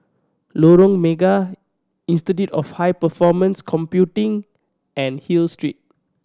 Lorong Mega Institute of High Performance Computing and Hill Street